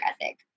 ethic